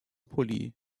pulli